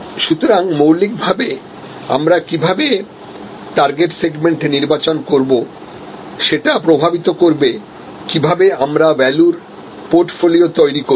সুতরাং মৌলিকভাবে আমরা কীভাবে টার্গেট সেগমেন্ট নির্বাচন করব সেটা প্রভাবিত করবে কীভাবে আমরা ভ্যালুর পোর্টফোলিও তৈরি করব